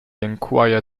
enquire